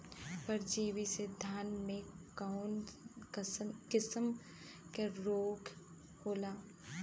परजीवी से धान में कऊन कसम के रोग होला?